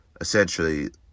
essentially